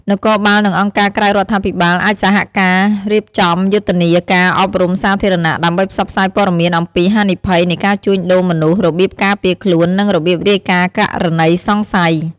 នគរបាល និងអង្គការក្រៅរដ្ឋាភិបាលអាចសហការរៀបចំយុទ្ធនាការអប់រំសាធារណៈ ដើម្បីផ្សព្វផ្សាយព័ត៌មានអំពីហានិភ័យនៃការជួញដូរមនុស្ស របៀបការពារខ្លួន និងរបៀបរាយការណ៍ករណីសង្ស័យ។